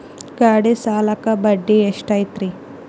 ಗಾಡಿ ಸಾಲಕ್ಕ ಬಡ್ಡಿ ಎಷ್ಟೈತ್ರಿ?